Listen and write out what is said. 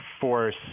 force